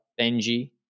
Benji